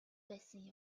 байсан